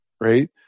right